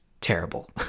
terrible